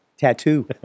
tattoo